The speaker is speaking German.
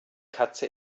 katze